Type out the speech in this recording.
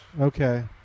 Okay